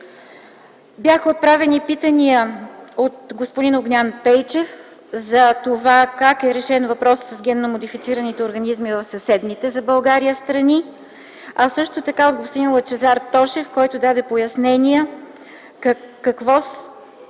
Бяха отправени питания от господин Огнян Пейчев за това как е решен въпросът с генно модифицираните организми в съседните за България страни, а също така от господин Лъчезар Тошев, който даде пояснения какво